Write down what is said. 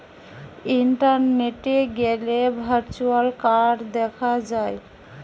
ইন্টারনেটে গ্যালে virtual card দেখা যায়